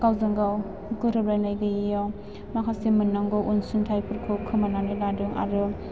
गावजोंगाव गोरोबलायनाय गोयिआव माखासे मोननांगौ अनसुंथाइफोरखौ खोमानानै लादों आरो